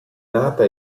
nata